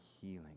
healing